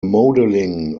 modeling